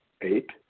Eight